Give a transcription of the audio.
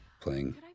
playing